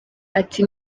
ati